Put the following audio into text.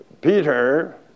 Peter